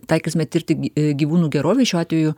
taikysime tirti e gyvūnų gerovei šiuo atveju